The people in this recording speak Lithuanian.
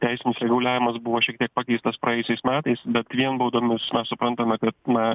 teisinis reguliavimas buvo šiek tiek pakeistas praėjusiais metais bet vien baudomis na suprantame kad na